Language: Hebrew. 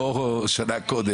לא שנה קודם.